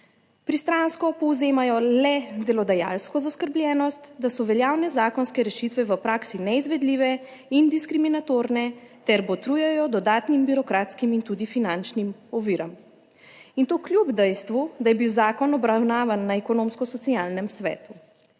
pristransko povzemajo le delodajalsko zaskrbljenost da so veljavne zakonske rešitve v praksi neizvedljive in diskriminatorne ter botrujejo dodatnim birokratskim in tudi finančnim oviram in to kljub dejstvu da je bil zakon obravnavan na Ekonomsko-socialnem svetu.